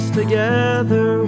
together